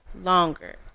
longer